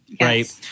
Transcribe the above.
right